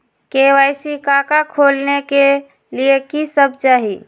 KYC का का खोलने के लिए कि सब चाहिए?